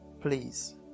please